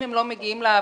אם הם לא מגיעים לעבודה,